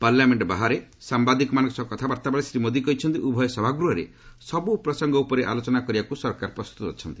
parliament ବାହାରେ ସାମ୍ବାଦିକମାନଙ୍କ ସହ କଥାବାର୍ତ୍ତା ବେଳେ ଶୀ ମୋଦି କହିଛନ୍ତି ଉଭୟ ସଭାଗୃହରେ ସବୁ ପ୍ରସଙ୍ଗ ଉପରେ ଆଲୋଚନା କରିବାକୁ ସରକାର ପ୍ରସ୍ତତ ଅଛନ୍ତି